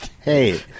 Hey